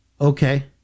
okay